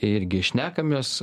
irgi šnekamės